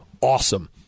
awesome